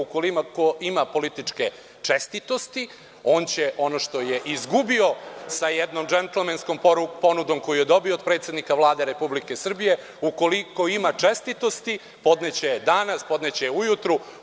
Ukoliko ima političke čestitosti, on će ono što je izgubio sa jednom džentlmenskom ponudom koju je dobio od predsednika Vlade Republike Srbije, ukoliko ima čestitosti podneće je danas, podneće je ujutru.